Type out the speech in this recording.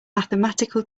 mathematical